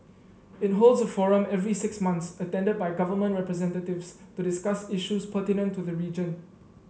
it holds a forum every six months attended by government representatives to discuss issues pertinent to the region